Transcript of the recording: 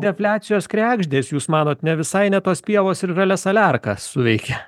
defliacijos kregždės jūs manot ne visai ne tos pievos ir žalia saliarka suveikė